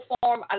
form